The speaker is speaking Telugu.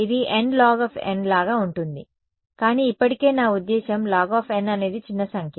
ఇది nlog లాగా ఉంటుంది కానీ ఇప్పటికీ నా ఉద్దేశ్యం log అనేది చిన్న సంఖ్య